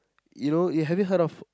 you know you have you heard of